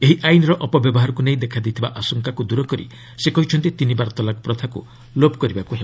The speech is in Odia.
ଏହି ଆଇନର ଅପବ୍ୟବହାରକୁ ନେଇ ଦେଖାଦେଇଥିବା ଆଶଙ୍କାକୁ ଦୂର କରି ସେ କହିଛନ୍ତି ତିନିବାର ତଲାକ୍ ପ୍ରଥାକ୍ତ ଲୋପ କରିବାକ୍ତ ହେବ